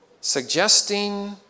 Suggesting